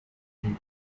again